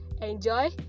enjoy